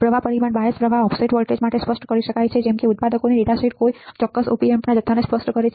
પ્રવાહ પરિમાણ બાયસ પ્રવાહ ઓફસેટ વોલ્ટેજ માટે સ્પષ્ટ કરી શકાય છે અને જેમ કે ઉત્પાદકોની ડેટાશીટ કોઈપણ ચોક્કસ op ampના જથ્થાને સ્પષ્ટ કરે છે